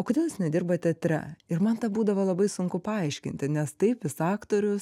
o kodėl jis nedirba teatre ir man tą būdavo labai sunku paaiškinti nes taip jis aktorius